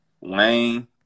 Wayne